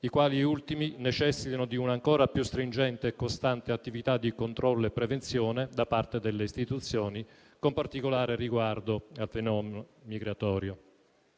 i quali ultimi necessitano di un'ancora più stringente e costante attività di controllo e prevenzione da parte delle istituzioni, con particolare riguardo al fenomeno migratorio.